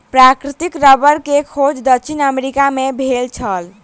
प्राकृतिक रबड़ के खोज दक्षिण अमेरिका मे भेल छल